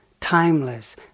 timeless